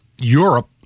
Europe